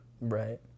Right